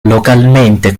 localmente